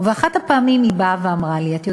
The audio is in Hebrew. ובאחת הפעמים היא באה ואמרה לי: את יודעת,